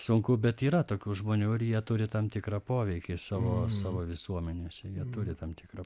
sunku bet yra tokių žmonių ir jie turi tam tikrą poveikį savo savo visuomenėse jie turi tam tikrą